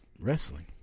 wrestling